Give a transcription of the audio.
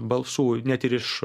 balsų net ir iš